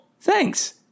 thanks